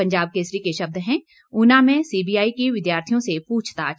पंजाब केसरी के शब्द हैं ऊना में सीबीआई की विद्यार्थियों से पूछताछ